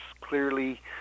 clearly